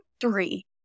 three